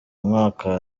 mwaka